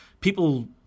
people